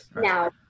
now